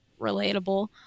relatable